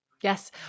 Yes